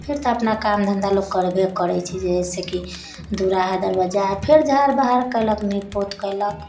फेर तऽ अपना काम धन्धा लोक करबै करै छै जइसे कि दूरा हइ दरबज्जा हइ फेर झाड़ बहार केलक नीप पोत केलक